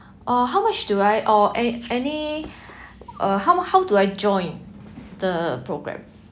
uh how much do I or an~ any uh how how do I join the programme